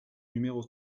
numéro